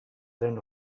den